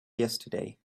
yesterday